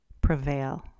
prevail